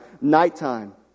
Nighttime